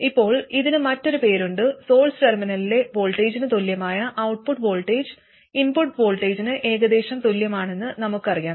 ഇപ്പോൾ ഇതിന് മറ്റൊരു പേരുണ്ട് സോഴ്സ് ടെർമിനലിലെ വോൾട്ടേജിന് തുല്യമായ ഔട്ട്പുട്ട് വോൾട്ടേജ് ഇൻപുട്ട് വോൾട്ടേജിന് ഏകദേശം തുല്യമാണെന്ന് നമുക്കറിയാം